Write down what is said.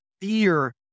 fear